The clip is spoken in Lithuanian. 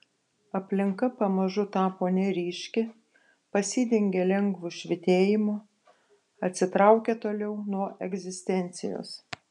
aplinka pamažu tapo neryški pasidengė lengvu švytėjimu atsitraukė toliau nuo egzistencijos